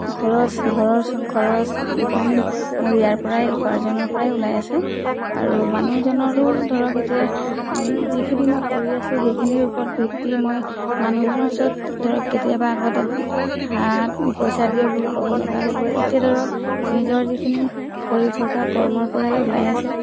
খৰচ ঘৰৰ খৰচ এইখিনি মোৰ ইয়াৰপৰাই উপাৰ্জনৰপৰাই ওলাই আছে আৰু মানুহজনৰো ধৰক এতিয়া যিখিনি মই কৰি আছো সেইখিনিৰ ওপৰত ভিত্তি মই মানুহজনৰ ওচৰত ধৰক কেতিয়াবা আগতে হাত পইচা দিয়ক বুলি ক'ব লগা হৈছিলে এতিয়া ধৰক নিজৰ যিখিনি কৰি থকা কৰ্মৰপৰাই ওলাই আছে